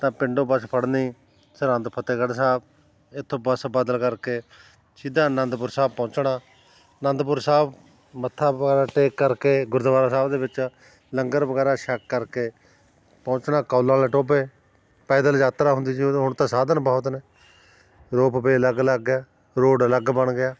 ਤਾਂ ਪਿੰਡੋਂ ਬਸ ਫੜਨੀ ਸਰਹਿੰਦ ਫਤਿਹਗੜ੍ਹ ਸਾਹਿਬ ਇਥੋਂ ਬੱਸ ਬਦਲ ਕਰਕੇ ਸਿੱਧਾ ਅਨੰਦਪੁਰ ਸਾਹਿਬ ਪਹੁੰਚਣਾ ਅਨੰਦਪੁਰ ਸਾਹਿਬ ਮੱਥਾ ਆਪਣਾ ਟੇਕ ਕਰਕੇ ਗੁਰਦੁਆਰਾ ਸਾਹਿਬ ਦੇ ਵਿੱਚ ਲੰਗਰ ਵਗੈਰਾ ਛਕ ਕਰਕੇ ਪਹੁੰਚਣਾ ਕੌਲਾਂ ਵਾਲੇ ਟੋਭੇ ਪੈਦਲ ਯਾਤਰਾ ਹੁੰਦੀ ਸੀ ਉਦੋਂ ਹੁਣ ਤਾਂ ਸਾਧਨ ਬਹੁਤ ਨੇ ਰੋਪ ਵੇਅ ਅਲੱਗ ਅਲੱਗ ਹੈ ਰੋਡ ਅਲੱਗ ਬਣ ਗਿਆ